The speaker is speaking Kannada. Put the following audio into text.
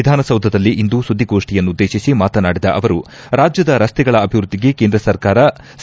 ವಿಧಾನಸೌಧದಲ್ಲಿಂದು ಸುದ್ದಿಗೋಷ್ಟಿಯನ್ನುದ್ದೇಶಿಸಿ ಮಾತನಾಡಿದ ಅವರು ರಾಜ್ಣದ ರಸ್ತೆಗಳ ಅಭಿವೃದ್ದಿಗೆ ಕೇಂದ್ರ ಸರ್ಕಾರ ಒ